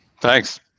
Thanks